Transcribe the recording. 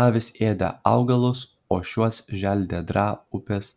avys ėdė augalus o šiuos želdė draa upės